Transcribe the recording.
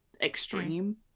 extreme